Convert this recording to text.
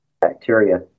bacteria